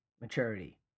maturity